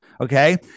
okay